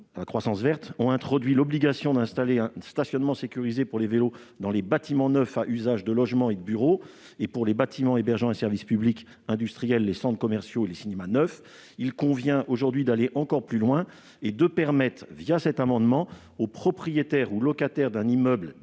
la croissance verte -ont introduit l'obligation d'installer un parc de stationnement sécurisé pour les vélos dans les bâtiments neufs à usage de logement et de bureaux et dans les bâtiments hébergeant un service public industriel, les centres commerciaux et les cinémas neufs. Il convient d'aller encore plus loin et de permettre aux propriétaires ou aux locataires d'un immeuble déjà bâti